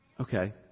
Okay